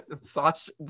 Sasha